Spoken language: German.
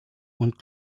und